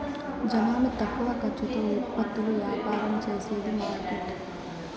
జనాలు తక్కువ ఖర్చుతో ఉత్పత్తులు యాపారం చేసేది మార్కెట్